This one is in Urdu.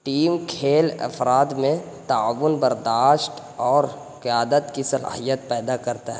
ٹیم کھیل افراد میں تعاون برداشت اور قیادت کی صلاحیت پیدا کرتا ہے